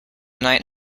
night